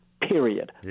period